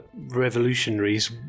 revolutionaries